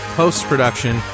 post-production